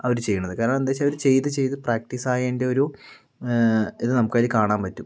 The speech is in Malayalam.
അവര് ചെയ്യണത് കാരണം എന്നുവെച്ചാൽ അവര് ചെയ്ത് ചെയ്ത് പ്രാക്റ്റീസ് ആയതിൻ്റെ ഒരു ഇത് നമുക്കതില് കാണാൻ പറ്റും